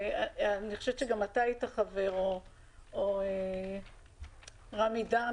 אני חושבת שגם אתה היית חבר או רמי דר,